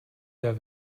der